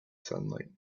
sunlight